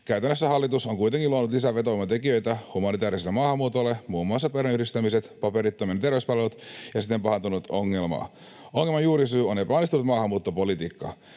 Käytännössä hallitus on kuitenkin luonut lisää vetovoimatekijöitä humanitääriselle maahanmuutolle, muun muassa perheenyhdistämiset ja paperittomien terveyspalvelut, ja siten pahentanut ongelmaa. Ongelman juurisyy on epäonnistunut maahanmuuttopolitiikka,